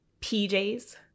PJs